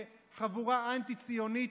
לחבורה אנטי-ציונית,